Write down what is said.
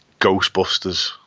Ghostbusters